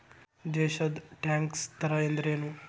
ದೇಶದ್ ಟ್ಯಾಕ್ಸ್ ದರ ಅಂದ್ರೇನು?